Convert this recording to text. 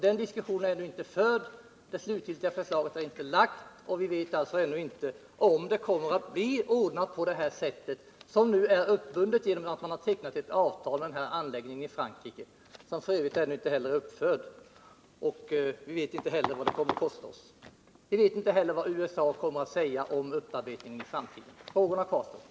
Den diskussionen har alltså inte förts och det slutgiltiga förslaget har inte lagts fram, och därför vet vi inte ännu, om det kommer att ordnas på det sättet. Man är ju uppbunden på grund av att man har tecknat avtal med den franska anläggningen, som f.ö. inte är uppförd. Vi vet inte vad det kommer att kosta oss och inte heller vet vi vad USA kommer att säga om upparbetningen i framtiden. Frågorna kvarstår.